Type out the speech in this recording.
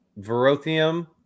verothium